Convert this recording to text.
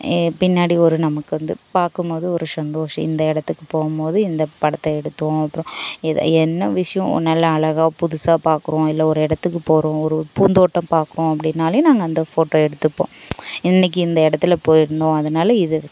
பின்னாடி ஒரு நமக்கு வந்து பார்க்கம் போது ஒரு சந்தோஷம் இந்த இடத்துக்கு போகும் போது இந்த படத்தை எடுத்தோம் அப்புறம் இதை என்ன விஷயம் நல்ல அழகாக புதுசாக பார்க்குறோம் இல்லை ஒரு இடத்துக்கு போகிறோம் ஒரு பூந்தோட்டம் பார்க்குறோம் அப்படின்னாலே நாங்கள் அந்த ஃபோட்டோ எடுத்துப்போம் இன்றைக்கி இந்த இடத்துல போயிருந்தோம் அதனால் இது